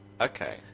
Okay